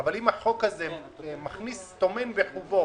אבל אם החוק הזה טומן בחובו